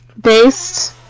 based